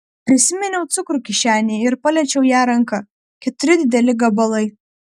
prisiminiau cukrų kišenėje ir paliečiau ją ranka keturi dideli gabalai